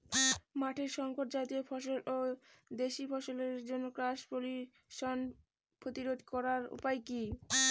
মাঠের শংকর জাতীয় ফসল ও দেশি ফসলের মধ্যে ক্রস পলিনেশন প্রতিরোধ করার উপায় কি?